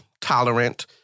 tolerant